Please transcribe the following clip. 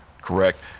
correct